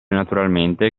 naturalmente